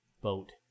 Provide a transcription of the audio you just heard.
boat